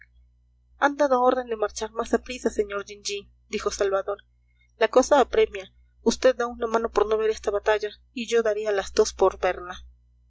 han dado orden de marchar más a prisa señor jean jean dijo salvador la cosa apremia vd da una mano por no ver esta batalla y yo daría las dos por verla